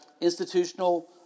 institutional